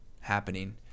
happening